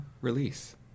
release